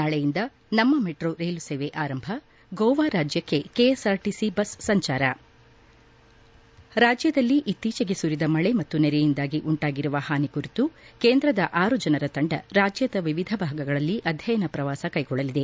ನಾಳೆಯಿಂದ ನಮ್ಮ ಮೆಟ್ರೊ ರೈಲು ಸೇವೆ ಆರಂಭ ಗೋವಾ ರಾಜ್ಯಕ್ಕೆ ಕೆಎಸ್ಆರ್ಟಿಸಿ ಬಸ್ ಸಂಚಾರ ರಾಜ್ಯದಲ್ಲಿ ಇತ್ತೀಚೆಗೆ ಸುರಿದ ಮಳೆ ಮತ್ತು ನೆರೆಯಿಂದಾಗಿ ಉಂಟಾಗಿರುವ ಹಾನಿ ಕುರಿತು ಕೇಂದ್ರದ ಆರು ಜನರ ತಂಡ ರಾಜ್ಯದ ವಿವಿಧ ಭಾಗಗಳಲ್ಲಿ ಅಧ್ಯಯನ ಪ್ರವಾಸ ಕೈಗೊಳ್ಳಲಿದೆ